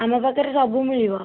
ଆମ ପାଖରେ ସବୁ ମିଳିବ